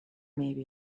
maybe